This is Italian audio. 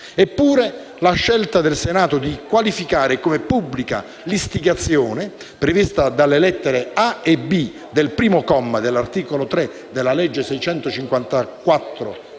Eppure, la scelta del Senato di qualificare come pubblica l'istigazione, prevista dalle lettere *a)* e *b)* del comma 1 dell'articolo 3 della legge n.